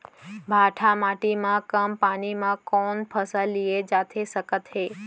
भांठा माटी मा कम पानी मा कौन फसल लिए जाथे सकत हे?